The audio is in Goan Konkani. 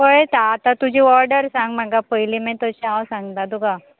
पळयता आतां तुजी ऑर्डर सांग म्हाका पयली मागीर तशें हांव सांगता तुका